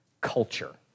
culture